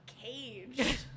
cage